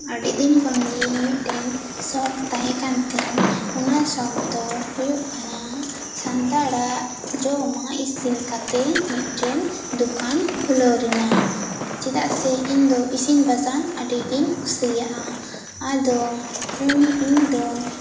ᱟᱹᱰᱤ ᱫᱤᱱ ᱠᱷᱚᱱ ᱜᱮ ᱤᱧ ᱢᱤᱫᱴᱮᱱ ᱥᱚᱠᱷ ᱛᱟᱦᱮᱸ ᱠᱟᱱ ᱛᱤᱧᱟᱹ ᱚᱱᱟ ᱥᱚᱠ ᱫᱚ ᱦᱩᱭᱩᱜ ᱠᱟᱱᱟ ᱥᱟᱱᱛᱟᱲᱟᱜ ᱡᱚᱢᱟᱜ ᱤᱥᱤᱱ ᱠᱟᱛᱮᱫ ᱢᱤᱫᱴᱮᱱ ᱫᱚᱠᱟᱱ ᱠᱷᱩᱞᱟᱹᱣ ᱨᱮᱭᱟᱜ ᱪᱮᱫᱟᱜ ᱥᱮ ᱤᱧ ᱫᱚ ᱤᱥᱤᱱ ᱵᱟᱥᱟᱝ ᱟᱹᱰᱤᱜᱮᱧ ᱠᱩᱥᱤᱭᱟᱜᱼᱟ ᱟᱫᱚ ᱩᱱ ᱤᱧ ᱫᱚᱧ